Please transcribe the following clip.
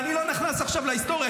אני לא נכנס עכשיו להיסטוריה,